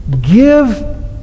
Give